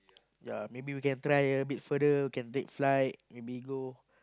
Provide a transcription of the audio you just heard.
ya maybe we can try a bit further we can take flight maybe go